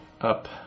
up